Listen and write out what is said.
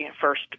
first